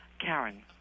Karen